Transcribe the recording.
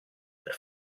per